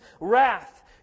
wrath